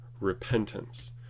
repentance